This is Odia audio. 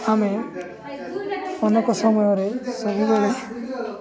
ଆମେ ଅନେକ ସମୟରେ ସବୁବେଳେ